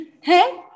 hey